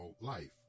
life